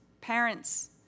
Parents